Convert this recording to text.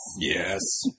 Yes